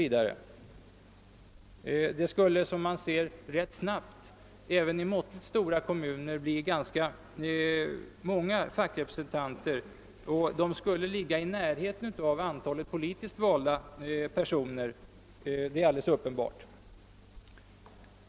Som man ser skulle det rätt snabbt även i måttligt stora kommuner bli ganska många fackrepresentanter, och deras antal skulle ligga i närheten av antalet politiskt valda ledamöter.